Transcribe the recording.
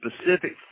specific